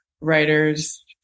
writers